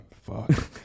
fuck